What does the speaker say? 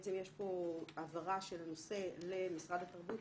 שבעצם יש פה העברה של נושא למשרד התרבות